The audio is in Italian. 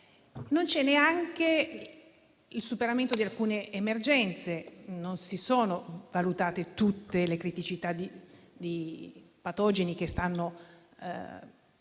Non c'è neanche il superamento di alcune emergenze. Non sono state valutate tutte le criticità relative ai patogeni che stanno